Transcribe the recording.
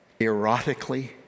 erotically